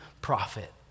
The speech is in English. prophet